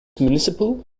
municipal